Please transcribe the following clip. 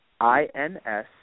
I-N-S